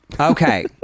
Okay